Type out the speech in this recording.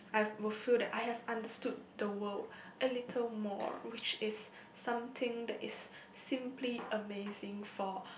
I will feel that I have understood the world a little more which is something that is simply amazing for